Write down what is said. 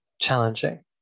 challenging